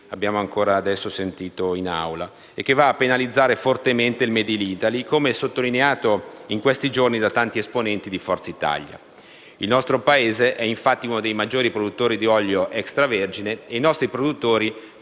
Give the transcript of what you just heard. abbiamo appena sentito parlare in Assemblea), che va a penalizzare il *made in Italy*, come sottolineato in questi giorni da tanti esponenti di Forza Italia. Il nostro Paese è, infatti, uno dei maggiori produttori di olio extravergine e i nostri produttori